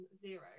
zero